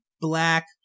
black